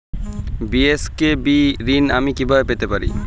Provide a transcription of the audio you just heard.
BSKB ঋণ আমি কিভাবে পেতে পারি?